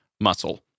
muscle